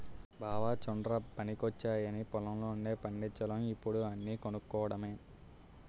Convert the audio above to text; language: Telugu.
బావా చుడ్రా పనికొచ్చేయన్నీ పొలం లోనే పండిచోల్లం ఇప్పుడు అన్నీ కొనుక్కోడమే